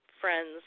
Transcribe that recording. friends